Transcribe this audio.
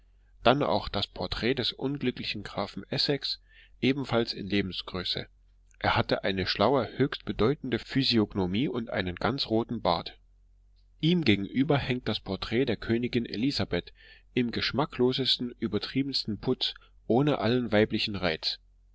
dann auch das porträt des unglücklichen grafen essex ebenfalls in lebensgröße er hatte eine schlaue höchst bedeutende physiognomie und einen ganz roten bart ihm gegenüber hängt das porträt der königin elisabeth im geschmacklosesten übertriebensten putz ohne allen weiblichen reiz